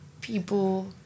people